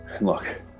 Look